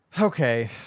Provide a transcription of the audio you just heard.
okay